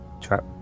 trap